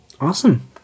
Awesome